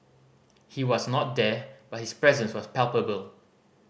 he was not there but his presence was palpable